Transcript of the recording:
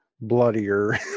bloodier